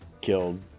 killed